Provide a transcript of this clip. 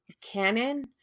canon